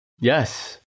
Yes